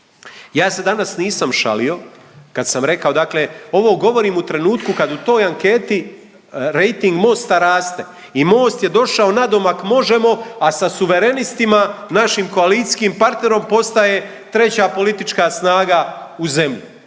Ja se danas nisam šalio kad sam rekao dakle ovo govorim u trenutku kad u toj anketi rejting Mosta raste i Most je došao nadomak Možemo!, a sa Suverenistima, našim koalicijskim partnerom postaje treća politička snaga u zemlji,